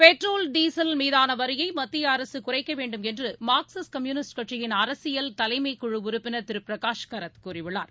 petrol diesel மீதானவரிகளைமத்தியஅரசுகுறைக்கவேண்டும் என்றுமார்க்சிஸ்ட் communist கட்சியின் அரசியல் தலைமை குழு உறுப்பினர் திருபிரகாஷ் காரட் கூறியுள்ளார்